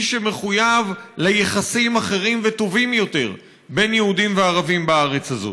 איש שמחויב ליחסים אחרים וטובים יותר בין יהודים וערבים בארץ הזאת.